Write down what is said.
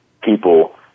people